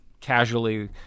casually